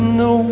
no